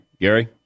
Gary